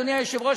אדוני היושב-ראש,